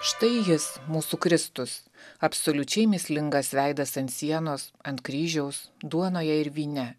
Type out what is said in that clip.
štai jis mūsų kristus apsoliučiai mįslingas veidas ant sienos ant kryžiaus duonoje ir vyne